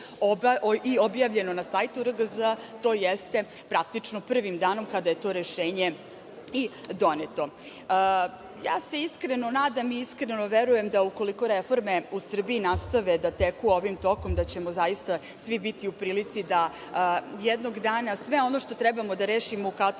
i objavljeno na sajtu RGZ, to jeste praktično prvim danom kada je to rešenje i doneto. Ja se iskreno nadam i iskreno verujem da ukoliko reforme u Srbiji nastave da teku ovim tokom da ćemo zaista svi biti u prilici da jednog dana sve ono što trebamo da rešimo u katastru